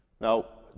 now,